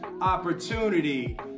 opportunity